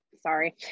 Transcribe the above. sorry